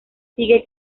sigue